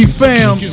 fam